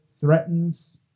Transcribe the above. threatens